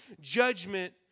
judgment